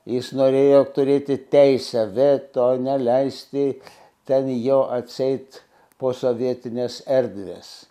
jis norėjo turėti teisę veto neleisti ten jo atseit posovietinės erdvės